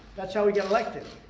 that's how we got elected.